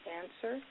answer